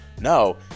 No